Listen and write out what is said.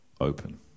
open